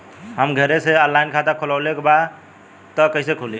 हमरा घरे से ऑनलाइन खाता खोलवावे के बा त कइसे खुली?